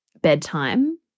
bedtime